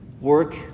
work